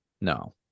No